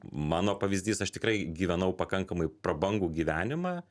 mano pavyzdys aš tikrai gyvenau pakankamai prabangų gyvenimą